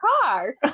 car